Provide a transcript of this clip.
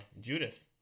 Judith